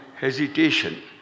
hesitation